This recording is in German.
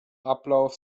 ablauf